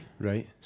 Right